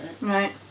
Right